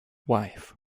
wife